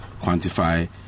quantify